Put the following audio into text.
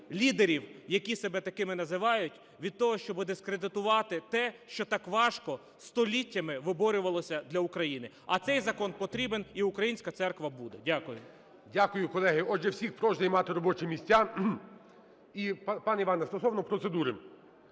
лідерів, які себе такими називають, від того, щоби дискредитувати те, що так важко століттями виборювалося для України. А цей закон потрібен і українська церква буде. Дякую. ГОЛОВУЮЧИЙ. Дякую, колеги. Отже, всіх прошу займати робочі місця. І, пане Іване, стосовно процедури.